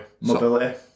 Mobility